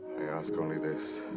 i ask only this